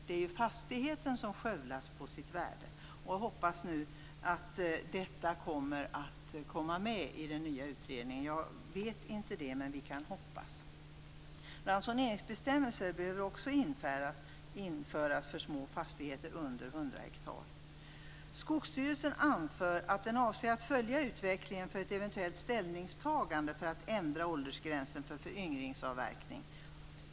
Det är ju fastigheten som skövlas på sitt värde. Jag hoppas nu att detta kommer med i den nya utredningen. Jag vet inte det, men vi kan hoppas. Rasoneringsbestämmelser behöver också införas för små fastigheter under 100 ha. Skogsstyrelsen anför att den avser att följa utvecklingen för ett eventuellt ställningstagande för att ändra åldersgränsen för föryngringsavverkning.